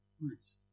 Nice